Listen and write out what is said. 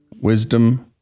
Wisdom